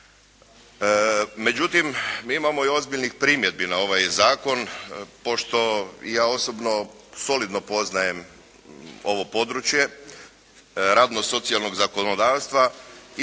Međutim mi imamo i ozbiljnih primjedbi na ovaj zakon. Pošto ja osobno solidno poznajem ovo područje, radno-socijalnog zakonodavstva